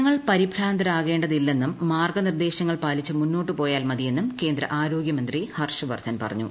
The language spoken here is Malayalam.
ജനങ്ങൾ പരിഭ്രാന്തരാകേണ്ടതില്ലെന്നും മാർഗ്ഗനിർദ്ദേശങ്ങൾ പാലിച്ച് മുന്നോട്ടു പോയാൽ മതിയെന്നും കേന്ദ്ര ആരോഗ്യമന്ത്രി ഹർഷ് വർദ്ധൻ പറഞ്ഞു